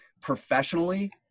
Professionally